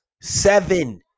seven